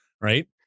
right